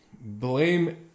blame